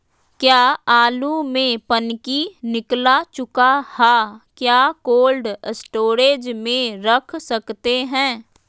क्या आलु में पनकी निकला चुका हा क्या कोल्ड स्टोरेज में रख सकते हैं?